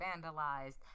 vandalized